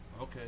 Okay